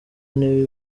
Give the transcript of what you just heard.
nti